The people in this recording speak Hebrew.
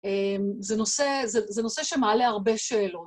זה נושא שמעלה הרבה שאלות.